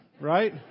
right